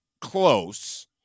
close